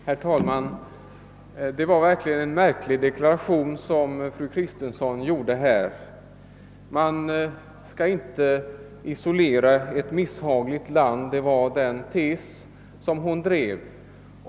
Herr talman! Det var verkligen en märklig deklaration som fru Kristensson gjorde. Man skall inte isolera ett misshagligt land — det var den tes hon drev.